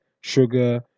sugar